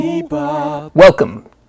Welcome